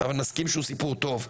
אבל נסכים שהוא סיפור טוב.